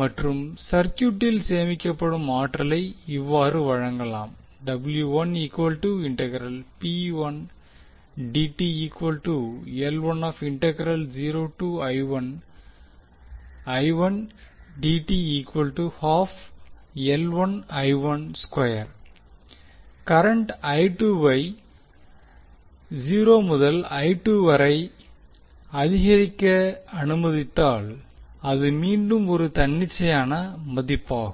மற்றும் சர்க்யூட்டில் சேமிக்கப்படும் ஆற்றலை இவ்வாறு வழங்கலாம் கரண்ட் ஐ 0 முதல் ஆக அதிகரிக்க அனுமதித்தால் அது மீண்டும் ஒரு தன்னிச்சையான மதிப்பாகும்